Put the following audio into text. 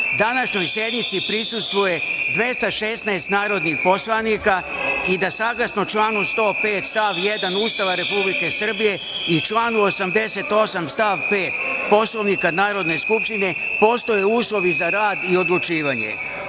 današnjoj sednici prisustvuje 216 narodnih poslanika i da, saglasno članu 105. stav 1. Ustava Republike Srbije i članu 88. stav 5. Poslovnika Narodne skupštine, postoje uslovi za rad i odlučivanje. Podsećam